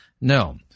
no